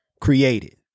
created